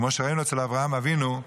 כמו שראינו אצל אברהם אבינו,